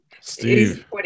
Steve